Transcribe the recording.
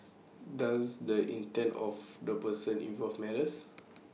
does the intent of the person involved matters